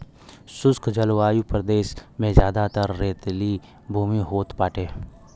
शुष्क जलवायु प्रदेश में जयादातर रेतीली भूमि होत बाटे